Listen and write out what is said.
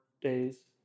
days